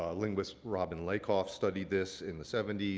um linguist robin lakoff studied this in the seventy